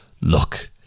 look